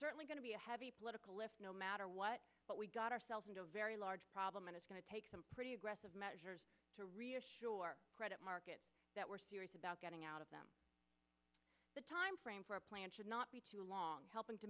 certainly going to be a heavy political lift no matter what but we got ourselves into a very large problem and it's going to take some pretty aggressive measures to reassure credit markets that we're serious about getting out of them the timeframe for a plan should not be too long helping to